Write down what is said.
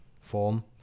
form